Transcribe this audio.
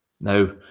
Now